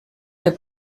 the